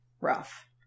Rough